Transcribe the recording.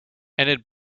enid